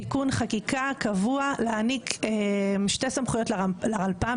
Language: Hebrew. תיקון חקיקה קבוע להעניק שתי סמכויות לרלפ"מ,